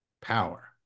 power